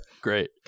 Great